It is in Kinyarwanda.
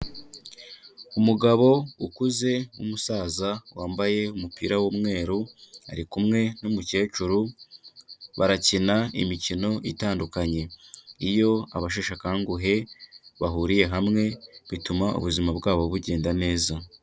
Umugabo ukuze w'umusaza wambaye umupira w'umweru ari kumwe n'umukecuru barakina imikino itandukanye, iyo abasheshe akanguhe bahuriye hamwe bituma ubuzima bwabo bugenda neza.